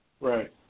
Right